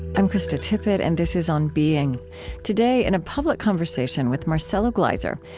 i'm krista tippett, and this is on being today in a public conversation with marcelo gleiser,